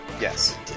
Yes